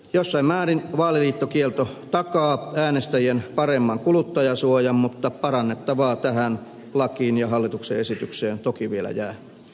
jossain määrin vaaliliittokielto takaa äänestäjien paremman kuluttajansuojan mutta parannettavaa tähän lakiin ja hallituksen esitykseen toki vielä jää